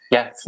Yes